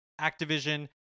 Activision